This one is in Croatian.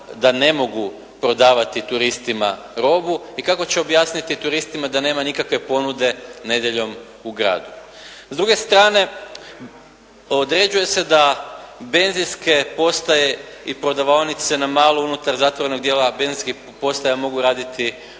da ne mogu prodavati turistima robu i kako će objasniti turistima da nema nikakve ponude nedjeljom u gradu. S druge strane određuje se da benzinske postaje i prodavaonice na malo unutar zatvorenog dijela benzinskih postaja mogu raditi bez